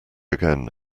again